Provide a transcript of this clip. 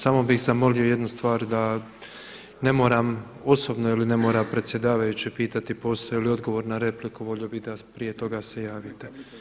Samo bih zamolio jednu stvar, da ne moram osobno ili ne mora predsjedavajući pitati postoji li odgovor na repliku, volio bih da prije toga se javite.